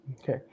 Okay